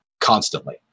constantly